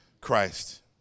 Christ